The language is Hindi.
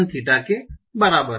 थीटा के बराबर है